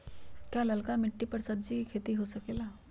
का लालका मिट्टी कर सब्जी के भी खेती हो सकेला?